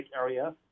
area